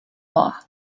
war